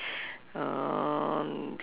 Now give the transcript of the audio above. um